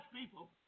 people